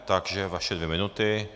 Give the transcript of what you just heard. Takže vaše dvě minuty.